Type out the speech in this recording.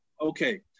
Okay